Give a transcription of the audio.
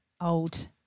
old